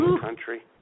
country